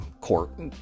court